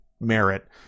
merit